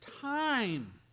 time